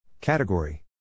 Category